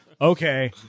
Okay